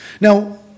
Now